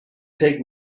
take